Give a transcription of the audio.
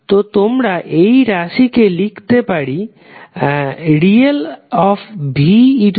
তো আমরা এই রাশিকে লিখতে পারি ReVejωt